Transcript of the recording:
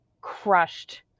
crushed